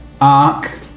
ARC